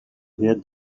hear